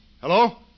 Hello